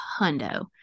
hundo